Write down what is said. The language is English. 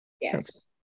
Yes